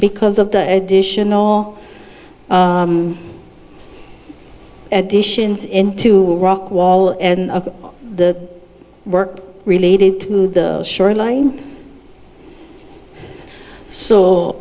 because of the addition all additions into a rock wall and of the work related to the shoreline so